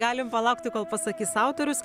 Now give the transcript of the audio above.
galim palaukti kol pasakys autorius